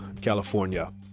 California